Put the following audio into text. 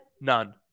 none